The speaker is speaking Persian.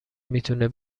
میتونه